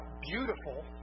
beautiful